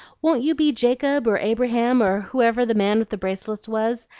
won't you be jacob or abraham or whoever the man with the bracelets was?